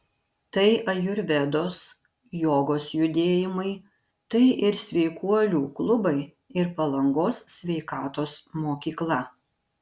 tai ajurvedos jogos judėjimai tai ir sveikuolių klubai ir palangos sveikatos mokykla